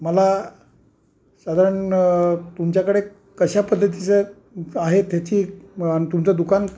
मला साधारण तुमच्याकडे कशा पद्धतीचं आहे त्याची अन तुमचं दुकान